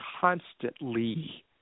constantly